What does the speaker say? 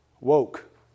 woke